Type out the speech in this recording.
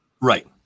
right